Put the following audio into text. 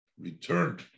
returned